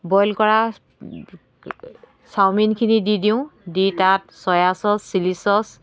boil কৰা চাওমিনখিনি দি দিওঁ দি তাত চ'য়া চ'চ চিলি চ'চ